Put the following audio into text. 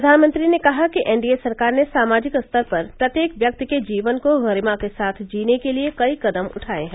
प्रधानमंत्री ने कहा कि एनडीए सरकार ने समाजिक स्तर पर प्रत्येक व्यक्ति के जीवन को गरिमा के साथ जीने के लिए कई कदम उठाए हैं